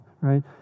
Right